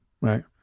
right